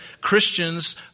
Christians